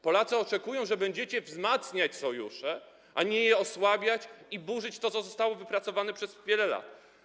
Polacy oczekują, że będziecie wzmacniać sojusze, a nie je osłabiać i burzyć to, co zostało wypracowane przez wiele lat.